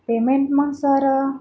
payment मग sir